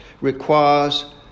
requires